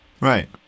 right